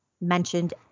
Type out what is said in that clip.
mentioned